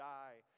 die